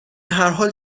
هرحال